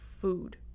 food